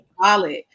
solid